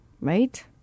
right